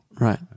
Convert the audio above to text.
Right